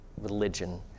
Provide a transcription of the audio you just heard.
religion